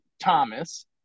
Thomas